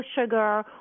sugar